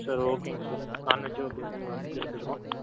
sir ஓகேங்க sir நான்வெஜ்ஜே okay தாங்க சார் நான்வெஜ்ஜே எடுத்துக்குறோம்